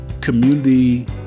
community